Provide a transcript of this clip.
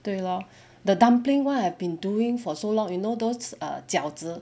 对 lor the dumpling [one] I have been doing for so long you know those err 饺子